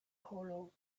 hollow